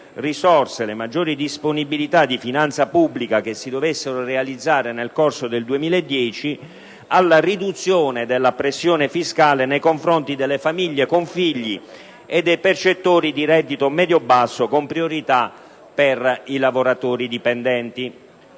delle maggiori disponibilità di finanza pubblica che si dovessero realizzare nel corso del 2010 alla riduzione della pressione fiscale nei confronti delle famiglie con figli e dei percettori di redditi medi-bassi, con priorità per i lavoratori dipendenti.